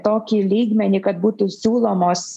tokį lygmenį kad būtų siūlomos